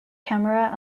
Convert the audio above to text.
camera